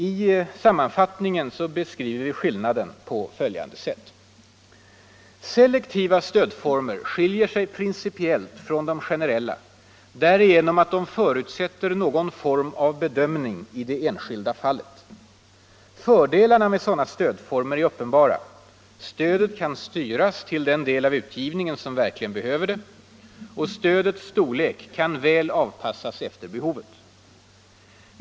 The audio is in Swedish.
I sammanfattningen beskriver vi skillnaden på följande sätt: ”Selektiva stödformer skiljer sig principiellt från de generella därigenom att de förutsätter någon form av bedömning i det enskilda fallet. Fördelarna med sådana stödformer är uppenbara: stödet kan styras till den del av utgivningen som verkligen behöver det och stödets storlek kan väl avpassas efter behovet.